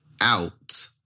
out